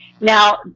Now